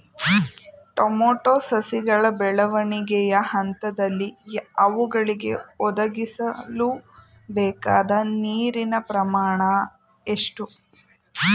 Tomato ಸಸಿಗಳ ಬೆಳವಣಿಗೆಯ ಹಂತದಲ್ಲಿ ಅವುಗಳಿಗೆ ಒದಗಿಸಲುಬೇಕಾದ ನೀರಿನ ಪ್ರಮಾಣ ಎಷ್ಟು?